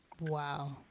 Wow